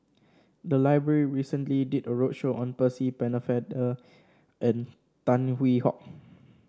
the library recently did a roadshow on Percy Pennefather and Tan Hwee Hock